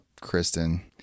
Kristen